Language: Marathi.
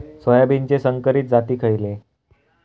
सोयाबीनचे संकरित जाती खयले?